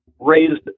raised